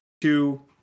two